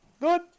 Good